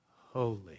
holy